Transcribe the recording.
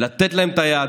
הוא לתת להם את היד,